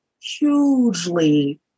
hugely